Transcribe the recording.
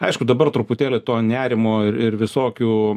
aišku dabar truputėlį to nerimo ir ir visokių